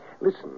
Listen